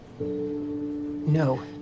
No